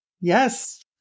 Yes